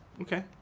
Okay